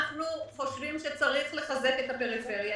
אנחנו חושבים שצריך לחזק את הפריפריה.